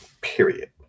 Period